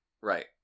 Right